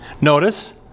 Notice